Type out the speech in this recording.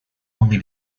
only